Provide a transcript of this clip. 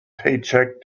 paycheck